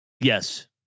Yes